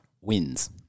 wins